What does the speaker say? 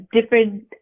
different